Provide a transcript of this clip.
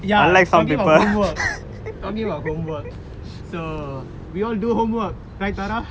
ya talking about homework talking about homework so we all do homework right tara